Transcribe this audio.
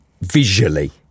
visually